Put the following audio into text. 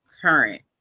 current